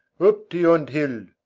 up to yond hill,